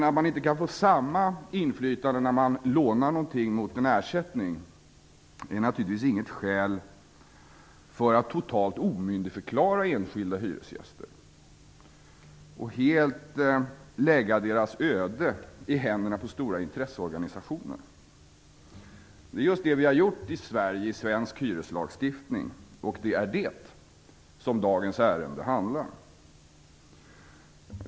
Att man inte kan få samma inflytande när man lånar någonting mot en ersättning är naturligtvis inget skäl för att totalt omyndigförklara enskilda hyresgäster och helt lägga deras öde i händerna på stora intresseorganisationer. Det är just det vi har gjort i Sverige och i svensk hyreslagstiftning, och det är det som dagens ärende handlar om.